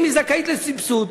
אִם היא זכאית לסבסוד,